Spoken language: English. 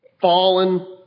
fallen